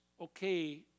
okay